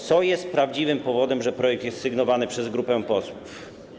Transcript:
Co jest prawdziwym powodem tego, że projekt jest sygnowany przez grupę posłów?